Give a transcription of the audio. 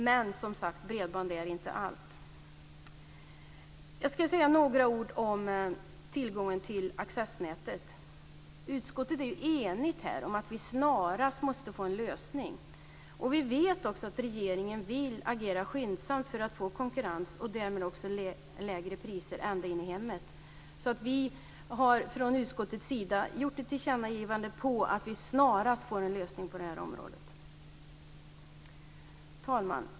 Men, som sagt - bredband är inte allt. Jag ska säga några ord om tillgången till accessnätet. Utskottet är enigt om att vi snarast måste få en lösning. Vi vet också att regeringen vill agera skyndsamt för att skapa konkurrens och därmed också lägre priser ända in i hemmen. Utskottet har därför gjort ett tillkännagivande om att vi snarast måste få en lösning på det här området. Fru talman!